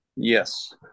Yes